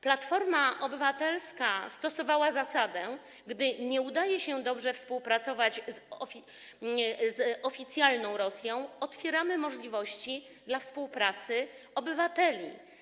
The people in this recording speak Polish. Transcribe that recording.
Platforma Obywatelska stosowała zasadę: gdy nie udaje się dobrze współpracować z oficjalną Rosją, otwieramy możliwości współpracy obywateli.